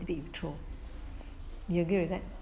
little bit you throw you agree with that